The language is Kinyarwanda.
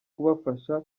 kubafasha